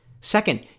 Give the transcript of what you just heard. Second